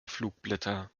flugblätter